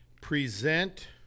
present